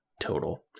total